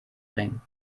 bringen